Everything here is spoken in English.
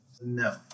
No